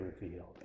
revealed